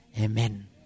Amen